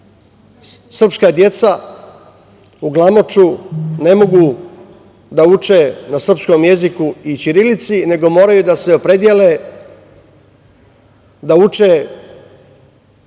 srpska deca u Glamoču ne mogu da uče na srpskom jeziku i ćirilici nego moraju da se opredele da uče